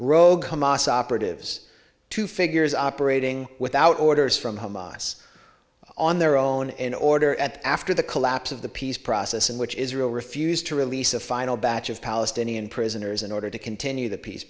hamas operatives two figures operating without orders from hamas on their own in order at after the collapse of the peace process in which israel refused to release a final batch of palestinian prisoners in order to continue the peace